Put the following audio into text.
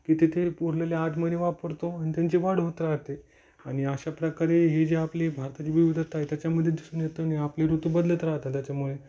की तिथे उरलेले आठ महिने वापरतो आणि त्यांची वाढ होत राहते आणि अशा प्रकारे हे जे आपली भारताची विविधता आहे त्याच्यामध्ये दिसून येतं आणि आपले ऋतू बदलत राहतात त्याच्यामुळे